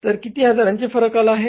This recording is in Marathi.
तर किती हजारांचे फरक आले आहे